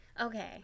okay